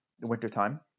wintertime